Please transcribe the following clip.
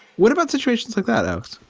what about situations like that, though,